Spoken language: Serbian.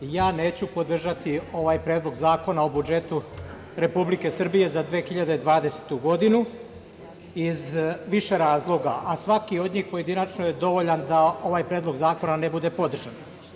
Ja neću podržati ovaj Predlog zakona o budžetu Republike Srbije za 2020. godinu iz više razloga, a svaki od njih pojedinačno je dovoljan da ovaj Predlog zakona ne bude podržan.